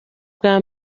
bwa